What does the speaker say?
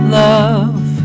love